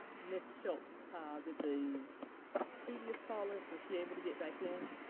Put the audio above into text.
ms. schulz, did the previous caller, was she able to get back in?